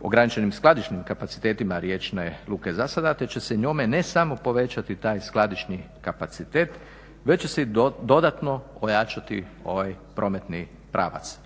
ograničenim skladišnim kapacitetima riječne luke za sada, te će se njome ne samo povećati taj skladišni kapacitet već će se i dodatno ojačati ovaj prometni pravac